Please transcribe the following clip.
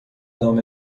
دام